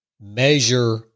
measure